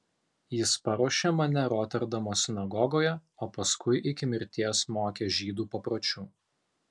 jis paruošė mane roterdamo sinagogoje o paskui iki mirties mokė žydų papročių